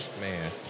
man